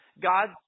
God